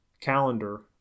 calendar